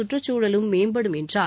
சுற்றுச்சூழலும் மேம்படும் என்றார்